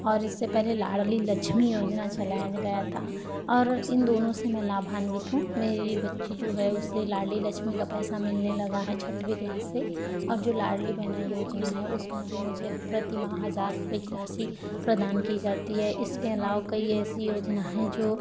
और इससे पहले लाडली लक्ष्मी योजना चलाया गया था और इन दोनों से मैं लाभान्वित हूँ मेरी बच्ची जो है उसे लाडली लक्ष्मी का पैसे मिलने लगा है छठवीं क्लास से और जो लाडली बहना योजना है उसमें भी मुझे प्रति माह हजार रुपए की राशि प्रदान की जाती है इसके अलावा कई ऐसी योजनाएं हैं जो